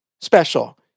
special